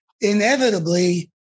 inevitably